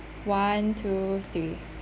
one two three